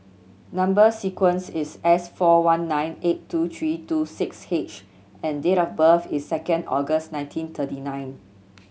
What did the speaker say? number sequence is S four one nine eight two three two six H and date of birth is second August nineteen thirty nine